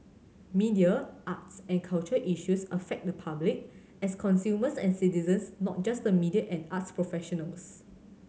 media arts and culture issues affect the public as consumers and citizens not just the media and arts professionals